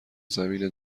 زمین